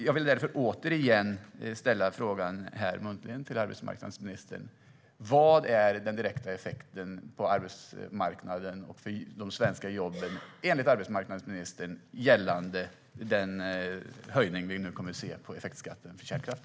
Jag vill därför återigen ställa frågan muntligen till arbetsmarknadsministern: Vad är, enligt arbetsmarknadsministern, den direkta effekten på arbetsmarknaden och de svenska jobben av den höjning vi nu kommer att se av effektskatten för kärnkraft?